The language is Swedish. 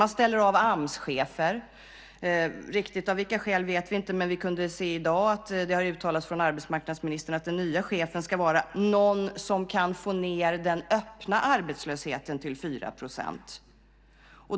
Man ställer av Amschefer, riktigt av vilka skäl vet vi inte, men vi kunde se i dag att det uttalats av arbetsmarknadsministern att den nya chefen ska vara någon som kan få ned den öppna arbetslösheten till 4 %.